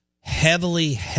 heavily